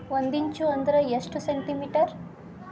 ಒಂದಿಂಚು ಅಂದ್ರ ಎಷ್ಟು ಸೆಂಟಿಮೇಟರ್?